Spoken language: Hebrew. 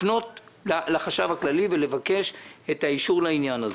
לפנות לחשב הכללי ולבקש את האישור לעניין הזה.